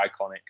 iconic